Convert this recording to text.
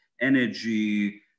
energy